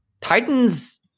Titans